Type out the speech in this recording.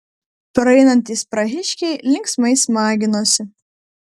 praeinantys prahiškiai linksmai smaginosi